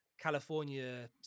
california